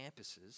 campuses